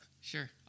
Sure